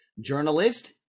journalist